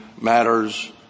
matters